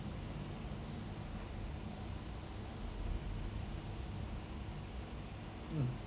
mm